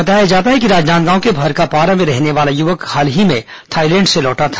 बताया जाता है कि राजनांदगांव के भरकापारा में रहने वाला युवक हाल ही में थाईलैंड से लौटा था